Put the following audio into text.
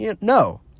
no